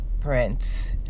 prince